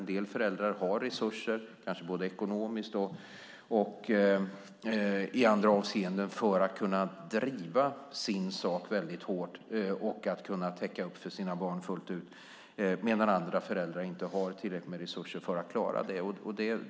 En del föräldrar har resurser, kanske både ekonomiskt och i andra avseenden, för att kunna driva sin sak väldigt hårt och täcka upp för sina barn fullt ut, medan andra föräldrar inte har tillräckligt med resurser för att klara det.